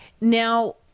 Now